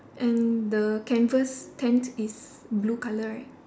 and the canvas tent is blue color right